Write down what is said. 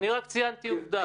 אני רק ציינתי עובדה.